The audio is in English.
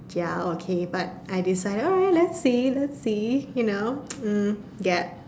ya okay but I decided alright let's see let's see you know mm gap